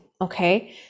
okay